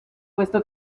puesto